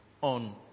on